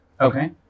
okay